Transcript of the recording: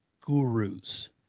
gurus